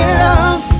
love